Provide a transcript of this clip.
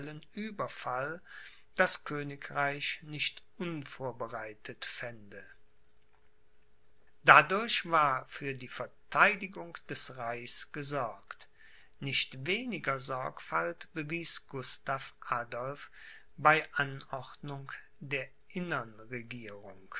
ueberfall das königreich nicht unvorbereitet fände dadurch war für die verteidigung des reichs gesorgt nicht weniger sorgfalt bewies gustav adolph bei anordnung der innern regierung